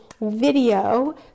video